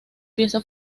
pieza